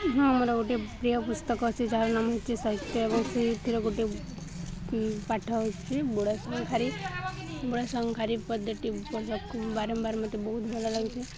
ହଁ ମୋର ଗୋଟେ ପ୍ରିୟ ପୁସ୍ତକ ଅଛି ଯାହାର ନାମ ହେଉଛି ସାହିତ୍ୟ ଏବଂ ସେଇଥିରେ ଗୋଟେ ପାଠ ହେଉଛି ବୁଢ଼ା ଶଙ୍ଖାରି ବୁଢ଼ା ଶଙ୍ଖାରି ପଦ୍ଧତି ବାରମ୍ବାର ମୋତେ ବହୁତ ଭଲ ଲାଗୁଚି